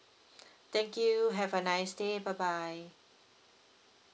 thank you have a nice day bye bye